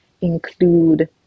include